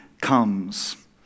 comes